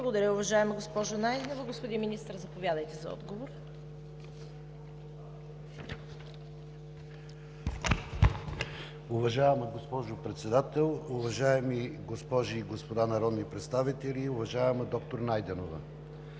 Благодаря, уважаема госпожо Найденова. Господин Министър, заповядайте. МИНИСТЪР КИРИЛ АНАНИЕВ: Уважаема госпожо Председател, уважаеми госпожи и господа народни представители! Уважаеми доктор Найденова,